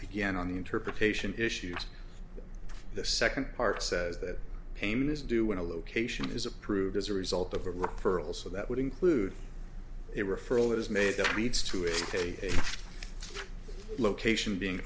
again on the interpretation issues the second part says that payment is due when a location is approved as a result of a referral so that would include a referral is made that needs to it's a location being